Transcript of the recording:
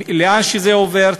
לאן שזה עובר,